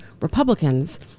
Republicans